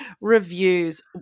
reviews